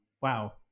wow